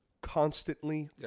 constantly